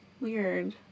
Weird